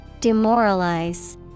Demoralize